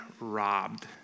robbed